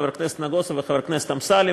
חבר הכנסת נגוסה וחבר הכנסת אמסלם.